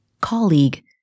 colleague